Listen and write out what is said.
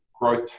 growth